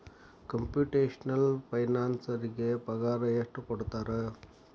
Computational ಫೈನಾನ್ಸರಿಗೆ ಪಗಾರ ಎಷ್ಟ್ ಕೊಡ್ತಾರ?